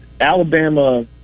Alabama